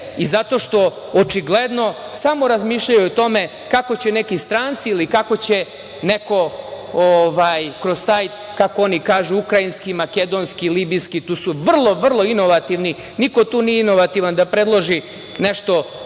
i zato što očigledno samo razmišljaju o tome kako će neki stranci ili kako će neko kroz taj, kako oni kažu, ukrajinski, makedonski, libijski, to su vrlo, vrlo inovativni, niko tu nije inovativan da predloži nešto